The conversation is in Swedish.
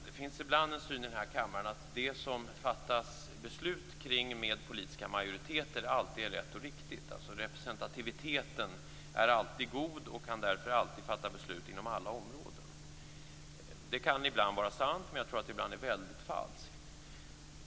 Det finns ibland en syn här i kammaren att det som det fattas beslut omkring med politiska majoriteter alltid är rätt och riktigt. Representativiteten är alltid god och kan därför alltid fatta beslut inom alla områden. Det kan ibland vara sant, men jag tror att det ibland är väldigt falskt.